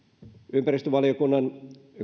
ympäristövaliokunnan